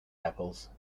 apples